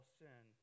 sin